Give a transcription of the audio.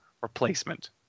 replacement